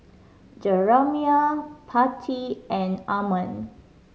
Jeramiah Patti and Ammon